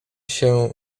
się